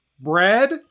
bread